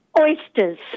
oysters